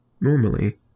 Normally